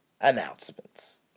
announcements